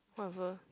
whatever